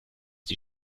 die